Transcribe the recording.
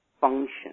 function